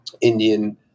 Indian